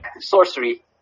sorcery